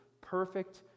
perfect